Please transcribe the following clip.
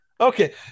Okay